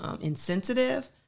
insensitive